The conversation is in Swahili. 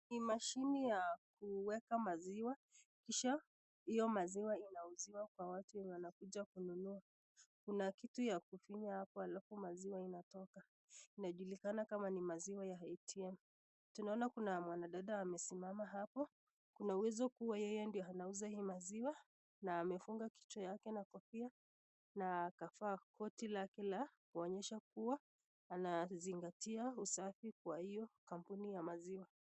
Ni mashini ya kuweka maziwa kisha hio maziwa inauziwa kwa watu wenye wanakuja kununua. Kuna kitu ya kufinya hapo halafu maziwa inatoka, inajulikana kama ni maziwa ta ATM . Tunaona kuna mwanadada amesimama hapo, kuna uwezo kuwa yeye ndio anauza hii maziwa na amefunga kichwa yake na kofia akavaa koti lake kuonyesha kuwa anazingatia usafi kwa hiyo kampuni ya maziwa.